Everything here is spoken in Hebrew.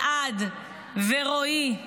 אלעד ורועי,